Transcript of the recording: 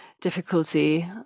difficulty